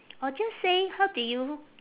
or just say how did you